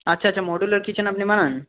আচ্ছা আচ্ছা modular kitchen আপনি বানান